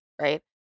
right